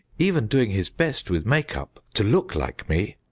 even doing his best with make-up to look like me.